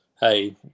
hey